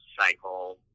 cycle